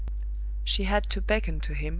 she had to beckon to him,